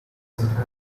sometimes